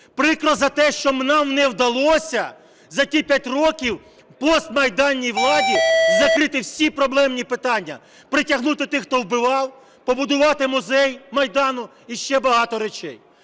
Прикро за те, що нам не вдалося за ті 5 років, постмайданній владі, закрити всі проблемні питання, притягнути тих, хто вбивав, побудувати музей Майдану і ще багато речей.